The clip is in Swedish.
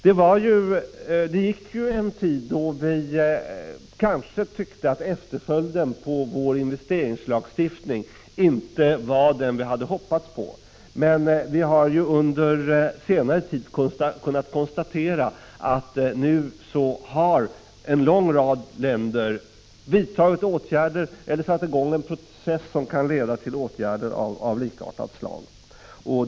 Det gick en tid då vi kanske tyckte att efterföljden av vår investeringslagstiftning inte var vad vi hade hoppats på, men vi har under senare tid kunnat konstatera att en lång rad länder nu har vidtagit åtgärder eller satt i gång en process som kan leda till åtgärder av likartat slag.